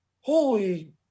Holy